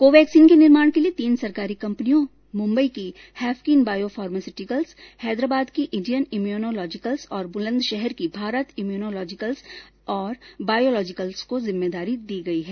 Covaxin के निर्माण के लिए तीन सरकारी कंपनियों मुंबई की हैफकिन बायो फार्मास्युटिकल्स हैदराबाद की इंडियन इम्यूनो लॉजिकल्स और बुलंदशहर की Bharat immunologicals and biologicals को जिम्मेदारी दी गई है